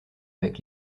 avec